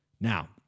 Now